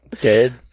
Dead